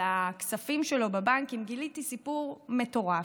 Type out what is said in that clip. הכספים שלו בבנקים גיליתי סיפור מטורף: